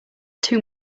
too